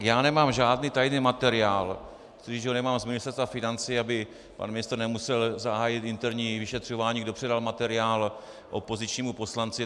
Já nemám žádný tajný materiál, tudíž ho nemám z Ministerstva financí, aby pan ministr nemusel zahájit interní vyšetřování, kdo předal materiál opozičnímu poslanci.